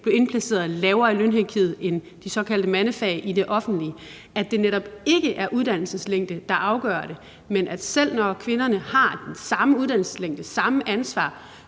blev indplaceret lavere i lønhierarkiet end de såkaldte mandefag i det offentlige; at det netop ikke er uddannelseslængde, der afgør det, men at selv når kvinderne har den samme uddannelseslængde og det samme ansvar,